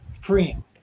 freeing